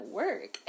work